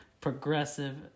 Progressive